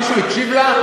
מישהו הקשיב לה?